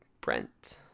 Brent